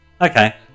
Okay